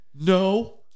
No